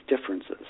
differences